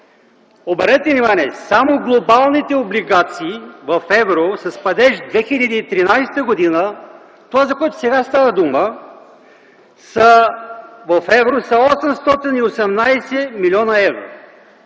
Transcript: Обърнете внимание, само глобалните облигации в евро с падеж 2013 г. – това, за което сега става дума, са 818 млн. евро.